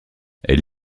elle